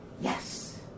yes